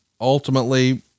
ultimately